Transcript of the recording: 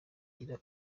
igira